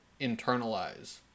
internalize